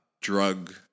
drug